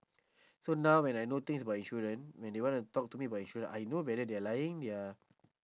so now when I know things about insurance when they wanna talk to me about insurance I know whether they're lying they are